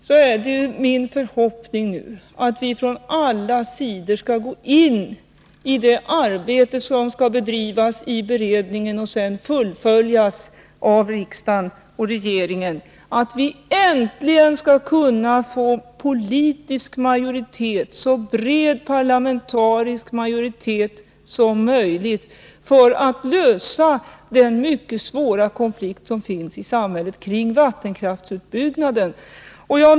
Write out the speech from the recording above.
Det är min förhoppning att vi från alla sidor skall gå in i det arbete som skall bedrivas i beredningen och sedan fullföljas av riksdagen och regeringen — att vi äntligen skall kunna få politisk majoritet, en så bred parlamentarisk majoritet som möjligt, för att lösa den mycket svåra konflikt som finns i samhället när det gäller vattenkraftsutbyggnaden.